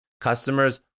Customers